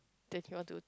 then he want to